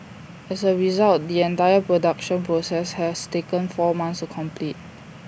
as A result the entire production process has taken four months to complete